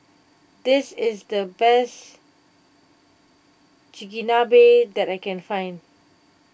this is the best Chigenabe that I can find